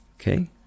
Okay